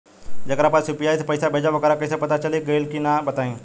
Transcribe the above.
जेकरा पास यू.पी.आई से पईसा भेजब वोकरा कईसे पता चली कि गइल की ना बताई?